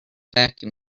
vacuum